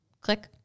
click